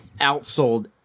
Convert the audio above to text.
Outsold